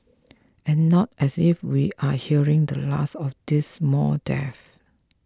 and not as if we are hearing the last of these mall death